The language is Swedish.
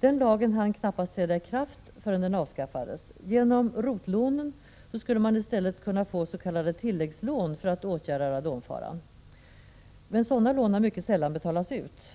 Den lagen hann knappast träda i kraft förrän den avskaffades. Genom ROT-lånen skulle man i stället kunna få s.k. tilläggslån för att åtgärda radonfaran. Men sådana lån har mycket sällan betalats ut.